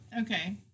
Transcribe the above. Okay